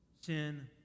Sin